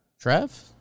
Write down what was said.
Trev